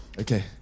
Okay